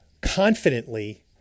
confidently